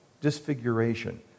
Disfiguration